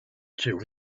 two